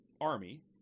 army